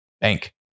bank